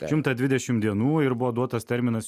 šimtą dvidešim dienų ir buvo duotas terminas